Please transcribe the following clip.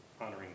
honoring